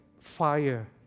fire